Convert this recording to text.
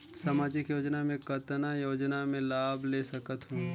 समाजिक योजना मे कतना योजना मे लाभ ले सकत हूं?